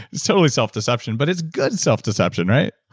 it's totally self-deception, but it's good self-deception, right?